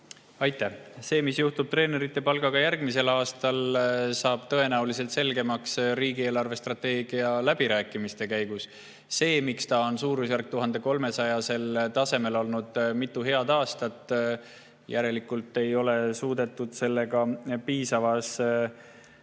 Aitäh! See, mis juhtub treenerite palgaga järgmisel aastal, saab tõenäoliselt selgemaks riigi eelarvestrateegia läbirääkimiste käigus. Miks see on suurusjärgus 1300 eurot olnud mitu head aastat? Järelikult ei ole suudetud selle teemaga piisavalt